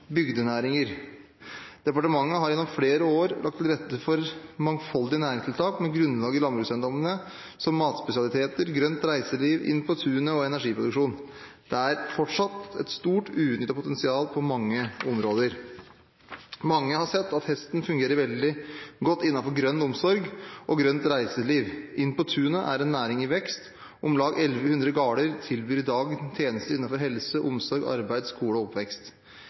bygdenæringer. Departementet har gjennom flere år lagt til rette for mangfoldige næringstiltak, med grunnlag i landbrukseiendommene, som matspesialiteter, grønt reiseliv, Inn på tunet og energiproduksjon. Det er fortsatt et stort uutnyttet potensial på mange områder. Mange har sett at hesten fungerer veldig godt innenfor grønn omsorg og grønt reiseliv. Inn på tunet er en næring i vekst. Om lag 1 100 gårder tilbyr i dag tjenester innenfor helse, omsorg, arbeid, skole og oppvekst.